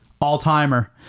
All-timer